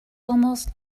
almost